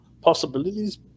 possibilities